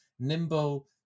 nimble